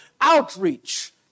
outreach